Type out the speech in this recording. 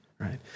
right